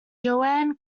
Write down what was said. joanne